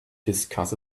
discuss